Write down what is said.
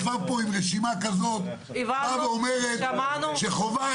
בניגוד לסעיף 2יב. גוף נותן הכשר שהפר הוראה